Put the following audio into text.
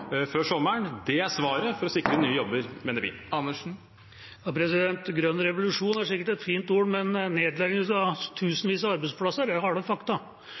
før sommeren. Det er svaret for å sikre nye jobber, mener vi. Grønn revolusjon er sikkert fine ord, men nedleggelse av tusenvis av arbeidsplasser er harde fakta. Det